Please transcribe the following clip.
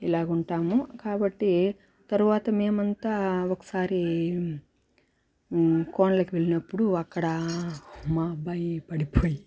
ఇలాగుంటాము కాబట్టి తరవాత మేమంతా ఒకసారి కోనలోకి వెళ్ళినప్పుడు అక్కడా మా అబ్బాయి పడిపోయి